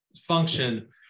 function